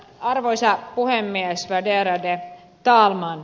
arvoisa puhemies värderade talman